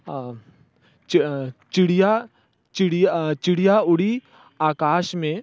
च चिड़िया चिड़िया चिड़िया उड़ी आकाश में